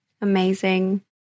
amazing